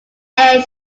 air